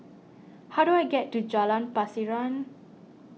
how do I get to Jalan Pasiran